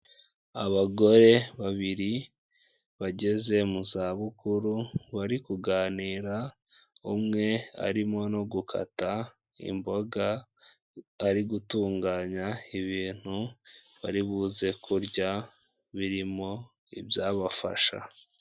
Abagore babiri bageze mu za bukuru bari kuganira umwe arimo no gukata imboga ari gutunganya ibintu baribuze kurya birimo ibyabafasha.